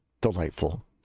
Delightful